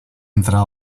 entrar